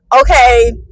okay